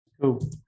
cool